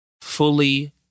fully